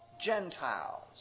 Gentiles